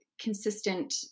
consistent